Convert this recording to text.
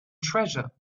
treasure